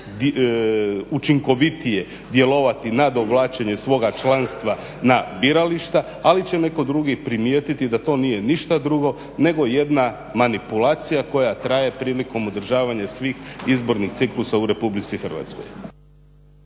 učinkovitije djelovati na dovlačenje svoga članstva na birališta, ali će netko drugi primijetiti da to nije ništa drugo nego jedna manipulacija koja traje prilikom održavanja svih izbornih ciklusa u Republici Hrvatskoj.